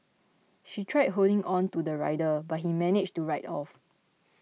she tried holding on to the rider but he managed to ride off